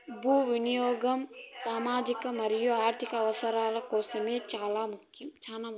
భూ వినియాగం సామాజిక మరియు ఆర్ధిక అవసరాల కోసం చానా ముఖ్యం